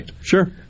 Sure